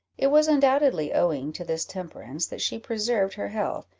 it was undoubtedly owing to this temperance that she preserved her health,